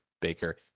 Baker